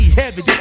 heavy